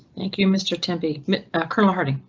thank you mr tempe mid back colonel harding.